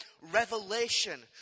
revelation